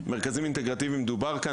מרכזים אינטגרטיביים דובר כאן,